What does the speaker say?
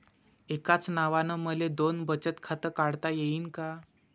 एकाच नावानं मले दोन बचत खातं काढता येईन का?